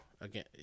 again